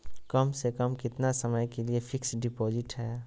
कम से कम कितना समय के लिए फिक्स डिपोजिट है?